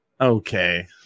okay